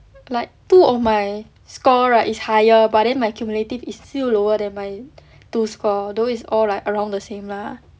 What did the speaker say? like two of my score right is higher but then my cumulative is still lower than my two score although is all like around the same lah